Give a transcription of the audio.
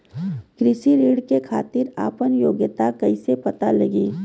कृषि ऋण के खातिर आपन योग्यता कईसे पता लगी?